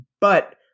but-